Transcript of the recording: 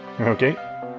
Okay